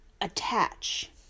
attach